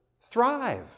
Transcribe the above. thrive